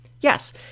Yes